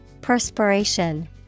Perspiration